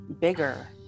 bigger